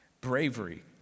bravery